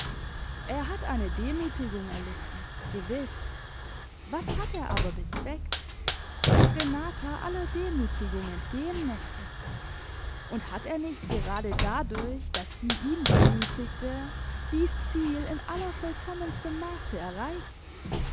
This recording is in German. er hat eine demütigung erlitten gewiß was hat er aber bezweckt daß renata aller demütigung entgehen möchte und hat er nicht gerade dadurch daß sie ihn demütigte dies ziel in allervollkommenstem maße erreicht